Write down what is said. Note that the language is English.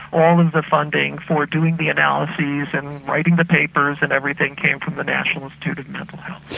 all of the funding for doing the analyses and writing the papers and everything came from the national institute of mental health.